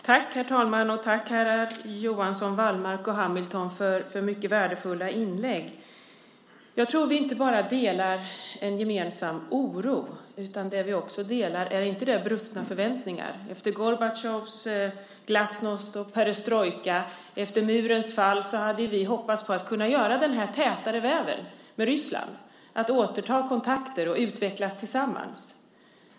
Herr talman! Jag vill tacka herrar Johansson, Wallmark och Hamilton för mycket värdefulla inlägg. Jag tror att vi inte bara delar en gemensam oro. Delar vi inte också brustna förväntningar? Efter Gorbatjovs glasnost och perestrojka och efter murens fall hade vi hoppats på att kunna få åstadkomma en tätare väv med Ryssland - att återta kontakter och utvecklas tillsammans.